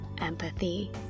empathy